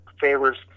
favors